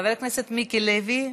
חבר הכנסת מיקי לוי,